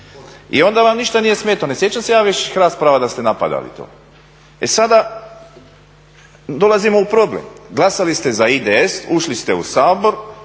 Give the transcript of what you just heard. I onda vam ništa nije smetalo. Ne sjećam se ja vaših rasprava da ste napadali tu. E sada dolazimo u problem. Glasali ste za IDS, ušli ste u Sabor,